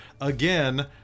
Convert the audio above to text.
again